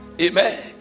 Amen